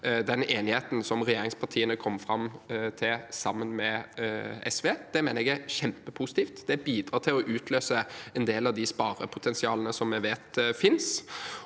den enigheten som regjeringspartiene kom fram til sammen med SV. Det mener jeg er kjempepositivt. Det bidrar til å utløse en del av det sparepotensialet som vi vet finnes.